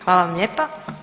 Hvala vam lijepa.